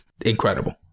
incredible